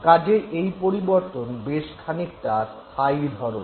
কাজেই এই পরিবর্তন বেশ খানিকটা স্থায়ী ধরণের